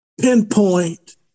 pinpoint